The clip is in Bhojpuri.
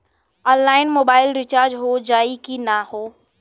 ऑनलाइन मोबाइल रिचार्ज हो जाई की ना हो?